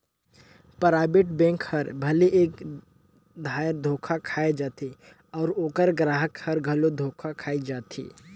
private bank हर भले एक धाएर धोखा खाए जाथे अउ ओकर गराहक हर घलो धोखा खाए जाथे